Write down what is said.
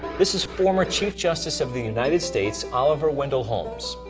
this is former chief justice of the united states, oliver wendell holmes.